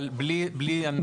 אבל בלי הנמקות.